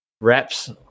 reps